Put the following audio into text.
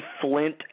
Flint